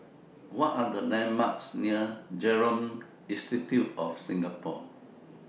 What Are The landmarks near Genome Institute of Singapore